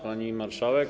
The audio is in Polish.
Pani Marszałek!